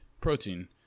protein